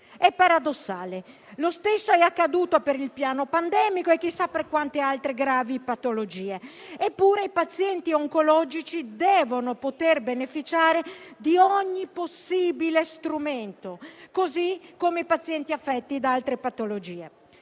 è paradossale. Lo stesso è accaduto per il piano pandemico e chissà per quante altre gravi patologie. Eppure, i pazienti oncologici devono poter beneficiare di ogni possibile strumento, così come i pazienti affetti da altre patologie.